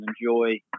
enjoy